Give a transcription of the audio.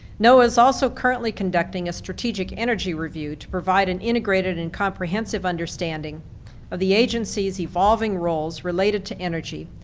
noaa's also currently conducting a strategic energy review to provide an integrated and comprehensive understanding of the agency's evolving roles related to energy,